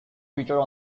featured